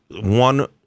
one